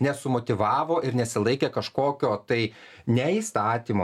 nesumotyvavo ir nesilaikė kažkokio tai ne įstatymo